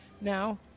Now